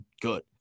good